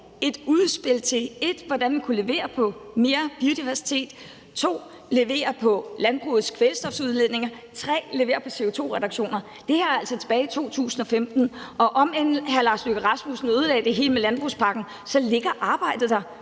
et udspil til, hvordan vi kunne 1) levere på mere biodiversitet, 2) levere på landbrugets kvælstofudledninger og 3) levere på CO2-reduktioner. Det her var altså tilbage i 2015, og om end hr. Lars Løkke Rasmussen ødelagde det hele med landbrugspakken, ligger arbejdet der.